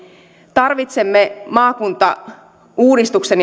tarvitsemme maakuntauudistuksen